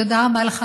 תודה רבה לך,